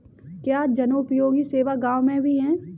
क्या जनोपयोगी सेवा गाँव में भी है?